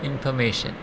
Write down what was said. information